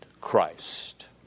Christ